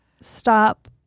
Stop